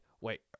wait